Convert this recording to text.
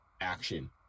action